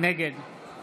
נגד